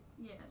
Yes